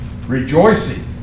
rejoicing